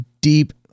deep